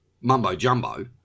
mumbo-jumbo